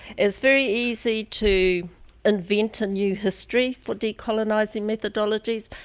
it's very easy to invent an new history for decolonizing methodologies,